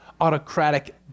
autocratic